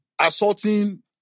assaulting